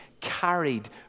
carried